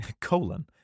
colon